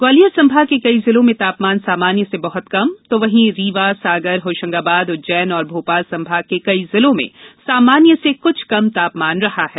ग्वालियर संभाग के कई जिलों में तापमान सामान्य से बहत कम तो वहीं रीवा सागर होशंगाबाद उज्जैन और भोपाल संभाग के कई जिलों में सामान्य से कुछ कम तापमान रहा है